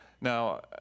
Now